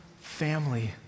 family